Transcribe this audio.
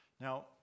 Now